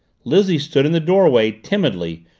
lizzie stood in the doorway, timidly,